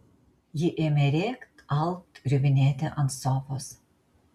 ji ėmė rėkt alpt griuvinėti ant sofos